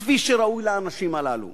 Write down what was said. כפי שראוי לאנשים הללו.